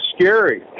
scary